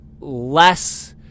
less